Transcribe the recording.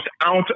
out